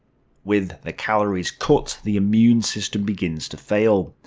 with the calories cut, the immune system begins to fail.